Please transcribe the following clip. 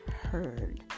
heard